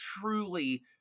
truly